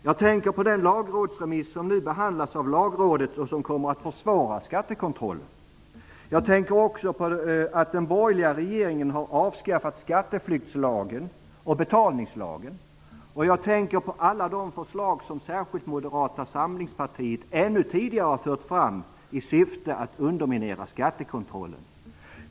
Jag tänker då på den lagrådsremiss som nu behandlas av lagrådet och som kommer att försvåra skattekontrollen. Jag tänker också på att den borgerliga regeringen har avskaffat skatteflyktslagen och betalningslagen. Och jag tänker på alla de förslag som särskilt Moderata samlingspartiet ännu tidigare har fört fram i syfte att underminera skattekontrollen.